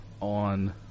on